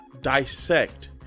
dissect